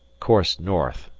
course north!